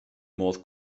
modd